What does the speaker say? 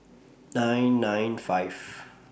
nine nine five